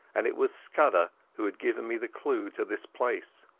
and it was scudder who had given me the clue to this place.